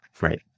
right